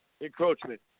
encroachment